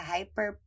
Hyper